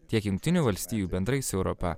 tiek jungtinių valstijų bendrais europa